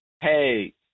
Hey